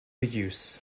use